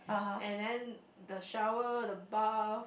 and then the shower the bath